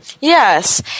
Yes